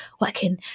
working